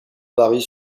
varient